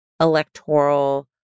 electoral